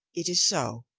it is so,